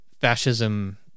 fascism